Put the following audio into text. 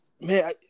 man